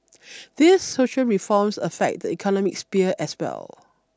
these social reforms affect the economic sphere as well